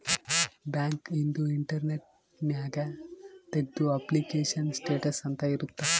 bank ಇಂದು internet ನ್ಯಾಗ ತೆಗ್ದು ಅಪ್ಲಿಕೇಶನ್ ಸ್ಟೇಟಸ್ ಅಂತ ಇರುತ್ತ